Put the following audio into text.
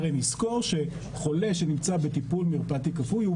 הרי נזכור שחולה שנמצא בטיפול מרפאתי כפוי,